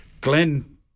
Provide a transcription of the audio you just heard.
Glenn